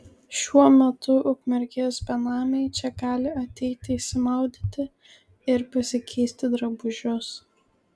šiuo metu ukmergės benamiai čia gali ateiti išsimaudyti ir pasikeisti drabužius